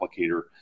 applicator